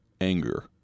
anger